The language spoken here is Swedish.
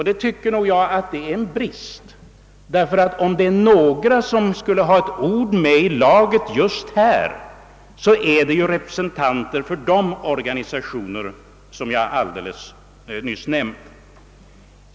Det tycker jag är en brist, ty om några skulle ha ett ord med i laget just här, så är det representanterna för de organisationer som jag nyss nämnt.